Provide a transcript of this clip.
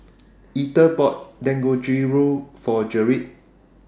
Ether bought Dangojiru For Gerrit